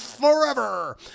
forever